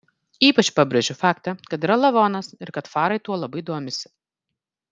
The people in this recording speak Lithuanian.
ypač pabrėžiu faktą kad yra lavonas ir kad farai tuo labai domisi